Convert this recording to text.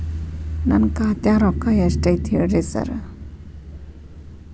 ನನ್ ಖಾತ್ಯಾಗ ರೊಕ್ಕಾ ಎಷ್ಟ್ ಐತಿ ಹೇಳ್ರಿ ಸಾರ್?